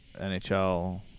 NHL